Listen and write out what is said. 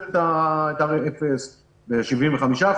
ב-75%,